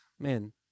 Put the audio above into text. Man